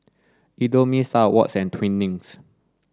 Indomie Star Awards and Twinings